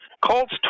Colts